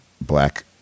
black